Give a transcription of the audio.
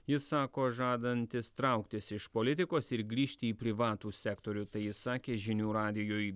jis sako žadantis trauktis iš politikos ir grįžti į privatų sektorių tai jis sakė žinių radijui